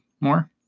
more